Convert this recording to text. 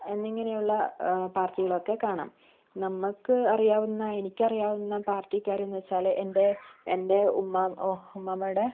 എന്നിങ്ങനെയുള്ള പാർട്ടികളൊക്കെ കാണാം നമ്മൾക്ക് അറിയാവുന്ന എനിക്കറിയാവുന്ന പാർട്ടിക്കാര് എന്നുവെച്ചാല് എൻ്റെ എൻ്റെ ഉമ്മ ഉമ്മാമ്മയുടെ